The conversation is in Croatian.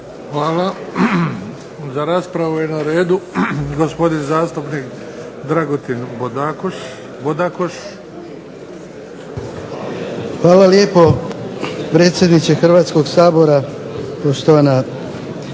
Hvala. Za raspravu je na redu gospodin zastupnik Dragutin Bodakoš. **Bodakoš, Dragutin (SDP)** Hvala lijepo predsjedniče Hrvatskog sabora, poštovane